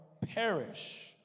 perish